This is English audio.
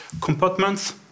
compartments